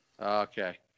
Okay